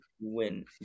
win